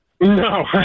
No